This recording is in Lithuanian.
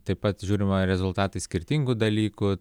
taip pat žiūrima rezultatai skirtingų dalykų